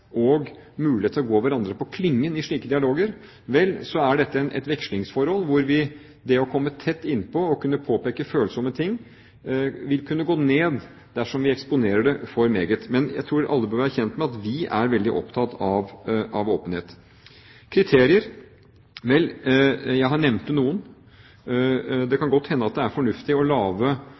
og mulighet til å gå hverandre på klingen i slike dialoger, vel, så er dette et vekslingsforhold, hvor det å komme tett inn på og kunne påpeke følsomme ting vil kunne gå ned dersom vi eksponerer det for meget. Men jeg tror alle bør være kjent med at vi er veldig opptatt av åpenhet. Når det gjelder kriterier, nevnte jeg noen. Det kan godt hende at det er fornuftig